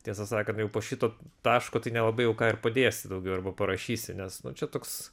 tiesą sakant jau po šito taško tai nelabai jau ką ir padėsi daugiau arba parašysi nes nu čia toks